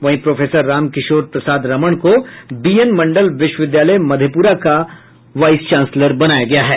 वहीं प्रोफेसर राम किशोर प्रसाद रमण को बीएन मंडल विश्वविद्यालय मधेपुरा का कुलपति बनाया गया है